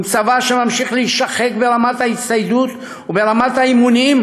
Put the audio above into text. עם צבא שממשיך להישחק ברמת ההצטיידות וברמת האימונים,